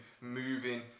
moving